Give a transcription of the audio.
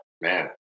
man